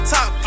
Top